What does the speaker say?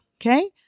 Okay